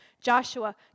Joshua